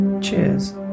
cheers